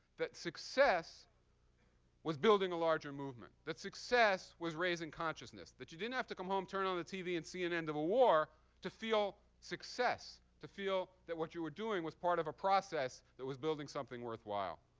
that success was building a larger movement, that success was raising consciousness, that you didn't have to come home, turn on the tv, and see an end of a war to feel success, to feel that what you were doing was part of a process that was building something worthwhile.